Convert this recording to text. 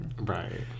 Right